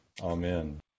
amen